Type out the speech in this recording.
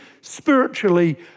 spiritually